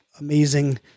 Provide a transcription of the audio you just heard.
amazing